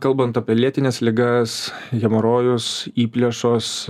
kalbant apie lėtines ligas hemorojus įplėšos